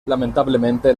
lamentablemente